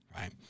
right